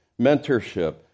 mentorship